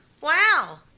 wow